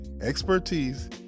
expertise